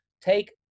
take